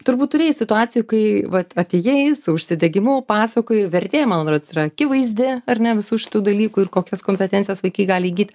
turbūt turėjai situacijų kai vat atėjai su užsidegimu pasakojai vertė man rodos yra akivaizdi ar ne visų šitų dalykų ir kokias kompetencijas vaikai gali įgyt